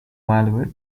malware